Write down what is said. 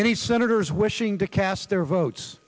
the senators wishing to cast their votes